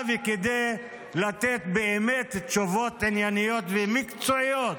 וכדי לתת תשובות ענייניות ומקצועיות